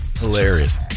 Hilarious